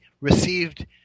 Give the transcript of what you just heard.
received